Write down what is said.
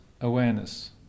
awareness